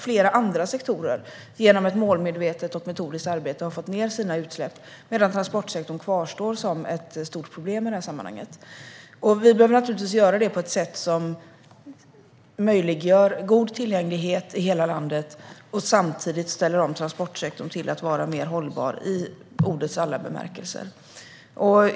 Flera andra sektorer har genom ett målmedvetet och metodiskt arbete fått ned sina utsläpp, medan transportsektorn kvarstår som ett stort problem i det här sammanhanget. Vi behöver naturligtvis göra detta på ett sätt som möjliggör god tillgänglighet i hela landet och samtidigt ställer om transportsektorn till att vara mer hållbar i ordets alla bemärkelser.